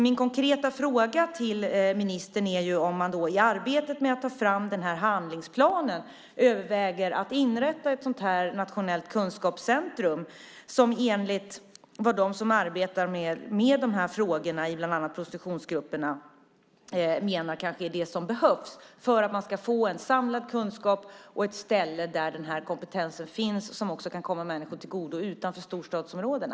Min konkreta fråga till ministern är om man i arbetet med att ta fram den här handlingsplanen överväger att inrätta ett sådant här nationellt kunskapscentrum som enligt vad de som arbetar med de här frågorna, i bland annat prostitutionsgrupperna, är det som kanske behövs för att man ska få en samlad kunskap och ett ställe där den här kompetensen finns, som också kan komma människor till godo utanför storstadsområdena.